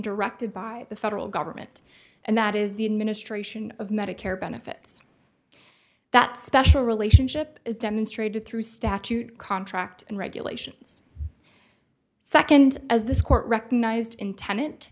directed by the federal government and that is the administration of medicare benefits that special relationship is demonstrated through statute contract and regulations second as this court recognized in ten